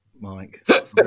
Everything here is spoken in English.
Mike